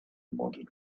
wanted